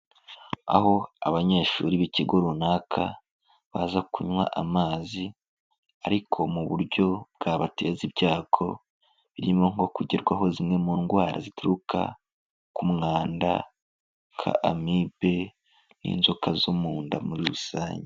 Aho abanyeshuri b'ikigo runaka, baza kunywa amazi ariko mu buryo bwabateza ibyago, birimo nko kugerwaho zimwe mu ndwara zituruka ku mwanda, nka amibe n'inzoka zo mu nda muri rusange.